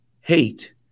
hate